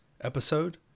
episode